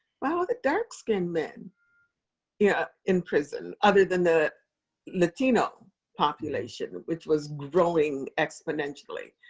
ah the dark skinned men yeah in prison other than the latino population, which was growing exponentially,